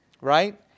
right